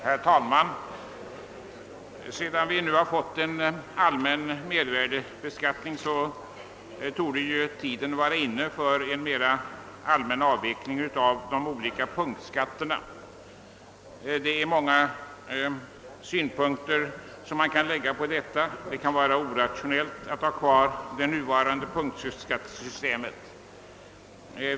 Herr, talman! Sedan vi nu fått en allmän . mervärdebeskattning torde tiden vara inne också för en mera allmän avveckling av de olika punktskatterna. Många synpunkter kan anläggas på frågan. Det kan vara orationellt att bibehålla det nuvarande punktskattesystemet.